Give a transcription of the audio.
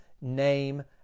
name